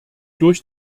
durch